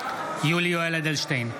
יולי יואל אדלשטיין,